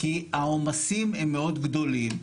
כי העומסים הם מאוד גדולים.